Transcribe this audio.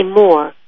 more